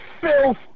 filth